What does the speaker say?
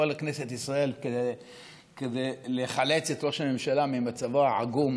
כנסת ישראל כדי לחלץ את ראש הממשלה ממצבו העגום,